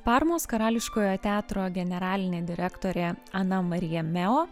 parmos karališkojo teatro generalinė direktorė ana marija meo